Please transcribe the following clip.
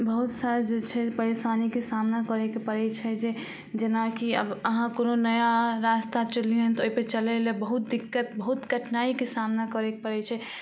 बहुत सारा जे छै परेशानीके सामना करयके पड़य छै जे जेना कि अब अहाँ कोनो नया रास्ता चुनलियै हन तऽ ओइपर चलय लए बहुत दिक्कत बहुत कठिनाइके सामना करयके पड़य छै